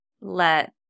let